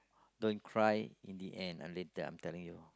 don't cry in the end a little after hill